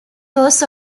was